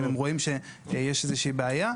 אם הם רואים שיש איזה שהיא בעיה.